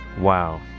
wow